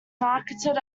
marketed